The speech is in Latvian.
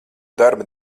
darba